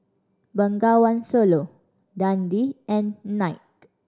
Bengawan Solo Dundee and Knight